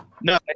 No